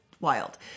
wild